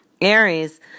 Aries